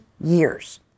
years